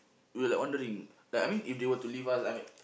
we like wondering like I mean if they were leave us I mean